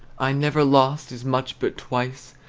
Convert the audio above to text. i never lost as much but twice,